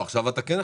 עכשיו אתה כן יכול.